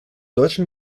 deutschen